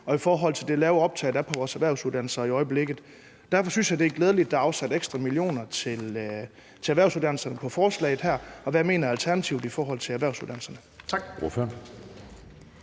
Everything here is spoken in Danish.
og i forhold til det lave optag, der er på vores erhvervsuddannelser i øjeblikket. Derfor synes jeg, det er glædeligt, at der er afsat ekstra millioner til erhvervsuddannelserne i forslaget her. Hvad mener Alternativet i forhold til erhvervsuddannelserne?